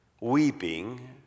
weeping